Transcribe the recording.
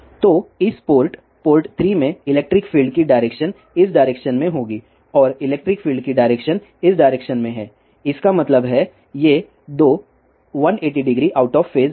तो इस port port 3 में इलेक्ट्रिक फील्ड की डायरेक्शन इस डायरेक्शन में होगी और इलेक्ट्रिक फील्ड की डायरेक्शन इस डायरेक्शन में है इसका मतलब है ये 2 1800 आउट ऑफ फेज हैं